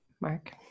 mark